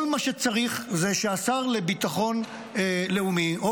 כל מה שצריך זה שהשר לביטחון לאומי או